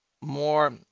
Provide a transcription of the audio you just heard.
more